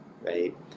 right